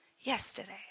yesterday